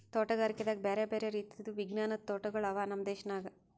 ತೋಟಗಾರಿಕೆದಾಗ್ ಬ್ಯಾರೆ ಬ್ಯಾರೆ ರೀತಿದು ವಿಜ್ಞಾನದ್ ತೋಟಗೊಳ್ ಅವಾ ನಮ್ ದೇಶದಾಗ್